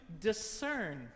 discern